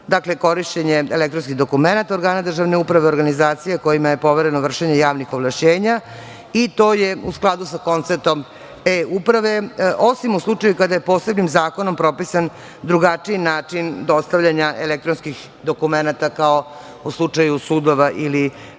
dakle, korišćenje elektronskih dokumenata organa državne uprave, organizacija kojima je povereno vršenje javnih ovlašćenja. To je u skladu sa konceptom e-uprave, osim u slučaju kada je posebnim zakonom pripisan drugačiji način dostavljanja elektronskih dokumenata, kao u slučaju sudova ili